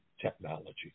technology